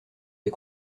des